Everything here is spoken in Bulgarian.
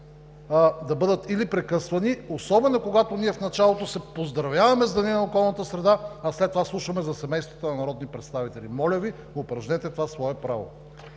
да бъдат или прекъсвани, особено когато ние в началото се поздравяваме с Деня на околната среда, а след това слушаме за семействата на народни представители. Моля Ви, упражнете това свое право!